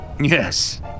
Yes